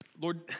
Lord